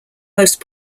most